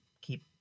keep